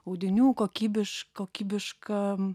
audinių kokybišk kokybiškam